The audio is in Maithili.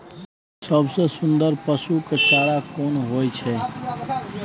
सबसे सुन्दर पसु के चारा कोन होय छै?